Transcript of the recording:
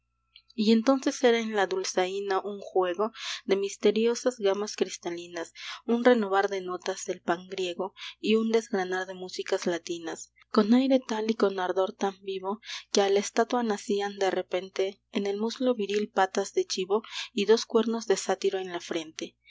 y entonces era en la dulzaina un juego de misteriosas gamas cristalinas un renovar de notas del pan griego y un desgranar de músicas latinas con aire tal y con ardor tan vivo que a la estatua nacían de repente en el muslo viril patas de chivo y dos cuernos de sátiro en la frente